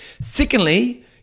Secondly